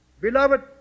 Beloved